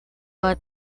but